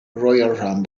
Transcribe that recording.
royal